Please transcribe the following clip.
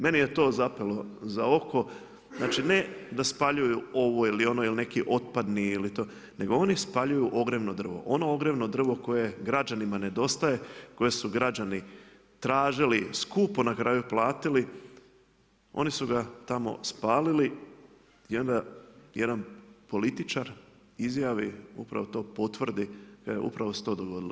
Meni je to zapelo za oko, znači ne da spaljuju ovo ili ono ili neki otpadni ili to, nego oni spaljuju ogrjevno drvo, ono ogrjevno drvo koje građanima nedostaje, koji su građani tražili, skupo na kraju platili, oni su ga tamo spalili i onda jedan političar izjavi, upravo to potvrdi, upravo se to godilo.